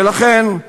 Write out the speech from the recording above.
ולכן,